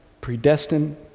predestined